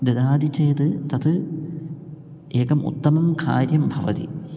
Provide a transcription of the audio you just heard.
ददाति चेत् तत् एकम् उत्तमं कार्यं भवति